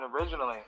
originally